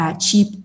cheap